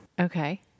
Okay